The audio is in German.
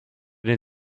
den